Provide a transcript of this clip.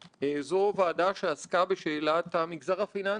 שהוא שינוי גדול מאוד בחוקי ה- Anti-trustהאמריקאים.